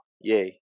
Yay